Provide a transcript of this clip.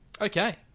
Okay